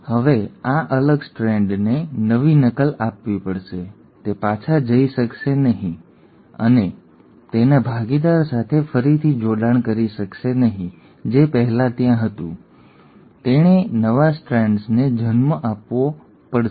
તેથી હવે આ અલગ સ્ટ્રાન્ડને નવી નકલ આપવી પડશે તે પાછા જઈ શકશે નહીં અને તેના ભાગીદાર સાથે ફરીથી જોડાણ કરી શકશે નહીં જે પહેલા ત્યાં હતું તેણે નવા સ્ટ્રાન્ડને જન્મ આપવો પડશે